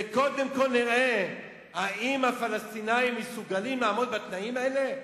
וקודם כול נראה אם הפלסטינים מסוגלים לעמוד בתנאים האלה.